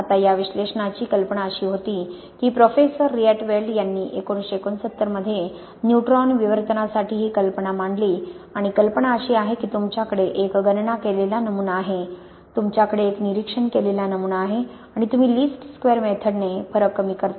आता या विश्लेषणाची कल्पना अशी होती की प्रोफेसर रिएटवेल्ड यांनी 1969 मध्ये न्यूट्रॉन विवर्तनासाठी ही कल्पना मांडली आणि कल्पना अशी आहे की तुमच्याकडे एक गणना केलेला नमुना आहे तुमच्याकडे एक निरीक्षण केलेला नमुना आहे आणि तुम्ही लिस्ट स्क्वेअर मेथडने फरक कमी करता